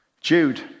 Jude